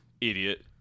Idiot